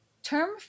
term